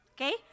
okay